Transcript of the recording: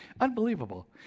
unbelievable